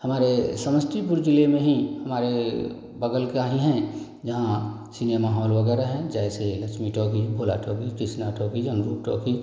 हमारे समस्तीपुर जिले में ही हमारे बगल का ही हैं जहाँ सिनेमा हॉल वगैरह हैं जैसे Lakshmi talkies Bhola talkies Krishna talkies Anurup talkies